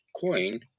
coin